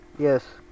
Yes